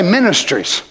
ministries